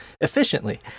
efficiently